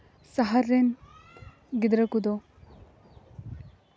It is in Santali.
ᱥᱟᱦᱟᱨ ᱨᱮᱱ ᱜᱤᱫᱽᱨᱟᱹ ᱠᱚᱫᱚ